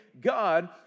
God